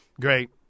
Great